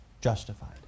Justified